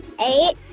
Eight